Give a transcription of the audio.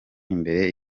imbere